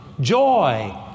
joy